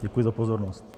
Děkuji za pozornost.